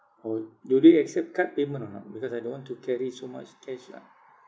orh do they accept card payment or not because I don't want to carry so much cash ah